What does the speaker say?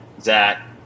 Zach